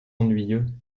ennuyeux